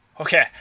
Okay